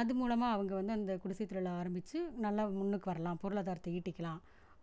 அது மூலமாக அவங்க வந்து அந்த குடிசைத் தொழிலை ஆரம்பித்து நல்லா முன்னுக்கு வரலாம் பொருளாதாரத்தை ஈட்டிக்கலாம்